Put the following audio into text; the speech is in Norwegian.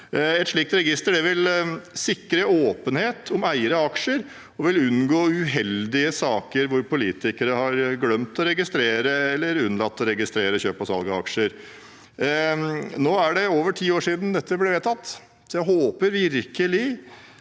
Et slikt register vil sikre åpenhet om eiere av aksjer og vil gjøre at man unngår uheldige saker hvor politikere har glemt å registrere eller unnlatt å registrere kjøp og salg av aksjer. Nå er det over ti år siden dette ble vedtatt, så jeg håper virkelig